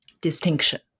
distinction